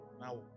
Now